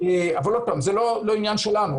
אבל עוד פעם, זה לא עניין שלנו.